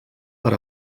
per